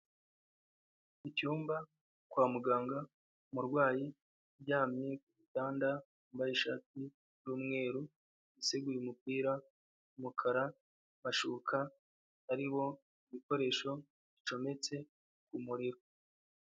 Icyumba kwa muganga umurwayi uryamye ku gitanda wambaye ishati y'umweru, wiseguye umupira w'umukara amashuka ariho ibikoresho bicometse ku muriro.